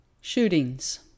shootings